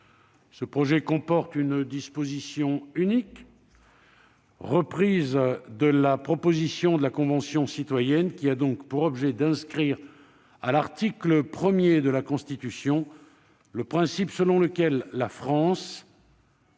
Ce projet comporte une disposition unique, reprise de la proposition de la Convention citoyenne, qui a donc pour objet d'inscrire à l'article 1 de la Constitution le principe selon lequel la France